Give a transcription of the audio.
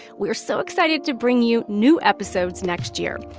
we are so excited to bring you new episodes next year.